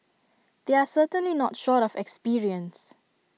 they are certainly not short of experience